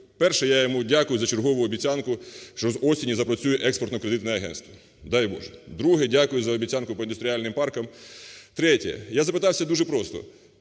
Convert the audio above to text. Перше. Я йому дякую за чергову обіцянку, що з осені запрацює Експортно-кредитне агентство. Дай Боже. Друге. Дякую за обіцянку по індустріальним паркам. Третє. Я запитав дуже просто.